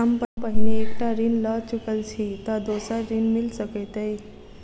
हम पहिने एक टा ऋण लअ चुकल छी तऽ दोसर ऋण मिल सकैत अई?